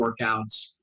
workouts